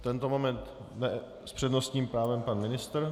V tento moment s přednostním právem pan ministr.